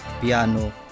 piano